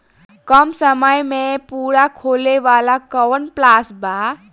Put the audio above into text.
कम समय में पूरा होखे वाला कवन प्लान बा?